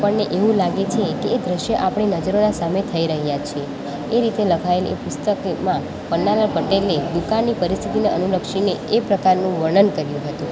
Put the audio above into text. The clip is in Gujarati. આપણને એવું લાગે છે કે એ દૃશ્યો આપણી નજરને સામે થઈ રહ્યું છે એ રીતે લખાયેલ એ પુસ્તકમાં પન્નાલાલ પટેલે દુકાળની પરિસ્થતિને અનુલક્ષીને એ પ્રકારનું વર્ણન કર્યું હતું